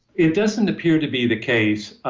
it doesn't appear to be the case,